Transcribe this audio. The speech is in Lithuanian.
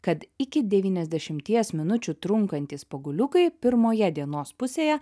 kad iki devyniasdešimties minučių trunkantys paguliukai pirmoje dienos pusėje